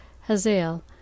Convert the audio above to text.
Hazael